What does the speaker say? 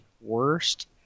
worst